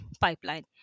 pipeline